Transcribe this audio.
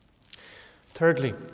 Thirdly